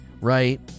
right